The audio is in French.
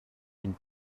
une